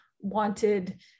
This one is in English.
wanted